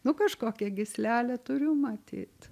nu kažkokią gyslelę turiu matyt